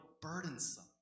burdensome